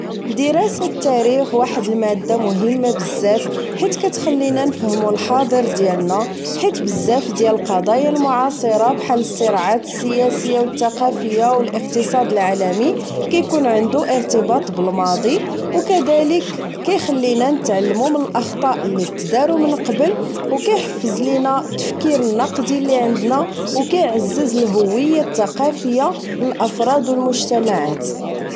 دراسة التاريخ واحد المادة مهمة بزاف حيت كتخلينا نفهمو الحاضر ديالنا حيت بزاف ديال القضايا المعاصرة بحال الصراعات السياسية و التقافية و الاقتصاد العالمي كيكون عنده ارتباط بالماضي و كذالك كيخلينا نتعلمو من الاخطاء اللي تدارو من قبل و كيحفز لينا التفكير النقدي اللي عندنا و كيعزز الهوية التقافية للافراد و المجتمعات